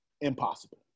Impossible